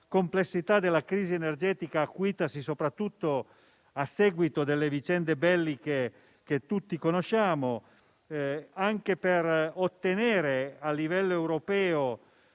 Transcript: complessità della crisi energetica acuitasi a seguito delle vicende belliche che tutti conosciamo. Tutto questo anche per ottenere a livello europeo